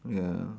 ya